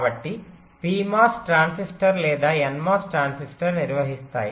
కాబట్టి PMOS transistor లేదా NMOS transistor నిర్వహిస్తాయి